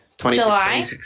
july